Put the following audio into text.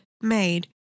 made